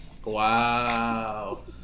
Wow